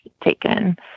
taken